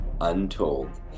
Untold